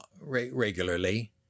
regularly